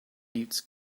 needs